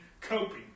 coping